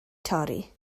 torri